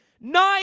Nine